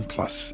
Plus